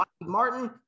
Martin